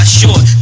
short